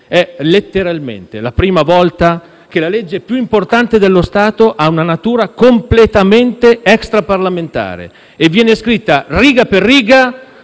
È letteralmente la prima volta che la legge più importante dello Stato ha una natura completamente extraparlamentare e viene scritta riga per riga